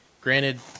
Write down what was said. Granted